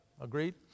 Agreed